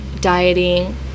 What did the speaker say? dieting